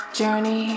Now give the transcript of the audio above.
journey